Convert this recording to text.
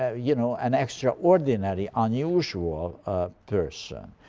ah you know, an extraordinary, unusual ah person.